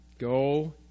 Go